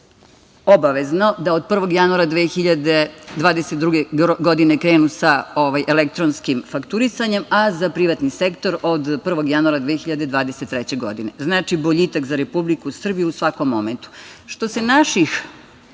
obavezno da od 1. januara 2022. godine krenu sa elektronskim fakturisanjem, a za privatni sektor od 1. januara 2023. godine. Znači boljitak za Republiku Srbiju u svakom momentu. Što se naših